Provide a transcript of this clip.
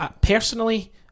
personally